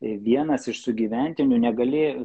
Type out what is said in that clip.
tai vienas iš sugyventinių negalė